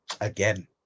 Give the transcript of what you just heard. again